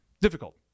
Difficult